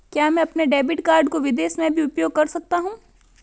क्या मैं अपने डेबिट कार्ड को विदेश में भी उपयोग कर सकता हूं?